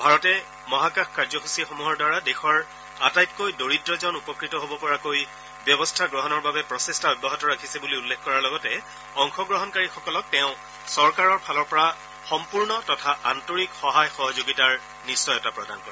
ভাৰতে মহাকাশ কাৰ্যসূচীসমূহৰ দ্বাৰা দেশৰ আটাইতকৈ দৰিদ্ৰজন উপকৃত হ'ব পৰাকৈ ব্যৱস্থা গ্ৰহণৰ বাবে প্ৰচেষ্টা অব্যাহত ৰাখিছে বুলি উল্লেখ কৰাৰ লগতে অংশগ্ৰহণকাৰীসকলক তেওঁ চৰকাৰৰ ফালৰ পৰা সম্পূৰ্ণ তথা আন্তৰিক সহায় সহযোগিতাৰ নিশ্চয়তা প্ৰদান কৰে